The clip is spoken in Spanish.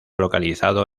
localizado